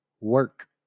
work